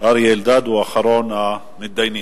אריה אלדד, אחרון המתדיינים,